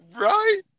Right